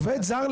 עובד זר,